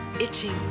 itching